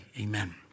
Amen